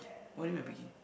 what do you mean by picky